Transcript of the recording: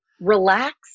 relax